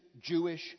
Jewish